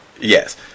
Yes